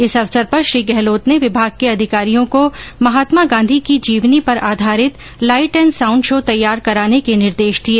इस अवसर पर श्री गहलोत ने विभाग के अधिकारियों को महात्मा गांधी की जीवनी पर आधारित लाइट एण्ड साउण्ड शो तैयार कराने के निर्देश दिए